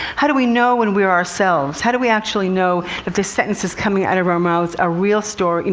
how do we know when we are ourselves? how do we actually know that these sentences coming out of our mouths are real stories, you